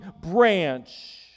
branch